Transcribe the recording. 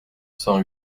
cent